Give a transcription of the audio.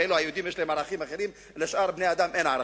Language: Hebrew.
כאילו היהודים יש להם ערכים אחרים ולשאר בני-האדם אין ערכים,